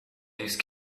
these